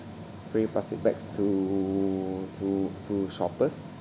free plastic bags to to to shoppers